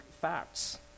facts